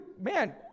man